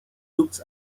looked